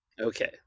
Okay